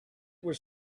was